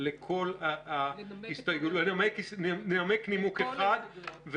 לכל --- לנמק את כל ההסתייגויות --- לנמק נימוק אחד,